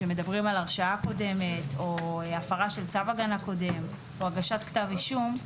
שמדברים על הרשעה קודמת או הפרה של צו הגנה קודם או הגשת כתב אישום,